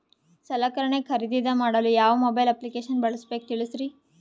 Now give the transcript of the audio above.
ಸಲಕರಣೆ ಖರದಿದ ಮಾಡಲು ಯಾವ ಮೊಬೈಲ್ ಅಪ್ಲಿಕೇಶನ್ ಬಳಸಬೇಕ ತಿಲ್ಸರಿ?